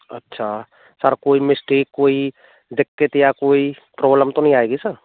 अच्छा सर कोई मिस्टेक कोई दिक्कत या कोई प्रॉब्लम तो नहीं आएगी सर